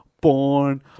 Born